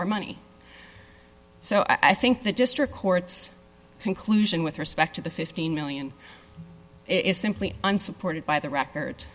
our money so i think the district court's conclusion with respect to the fifteen million is simply unsupported by the record